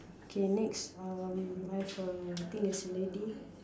K next um I have a think it's a lady